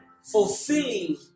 fulfilling